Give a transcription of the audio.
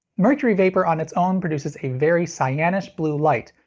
mercury vapor on its own produces a very cyanish blue light,